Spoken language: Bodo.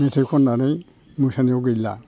मेथाइ खननानै मोसानायाव गैला